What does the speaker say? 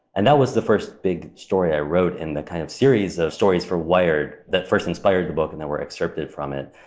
and that was the first big story i wrote in the kind of series of stories for wired that first inspired the book and that were excerpted from it.